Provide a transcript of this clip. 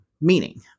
meaning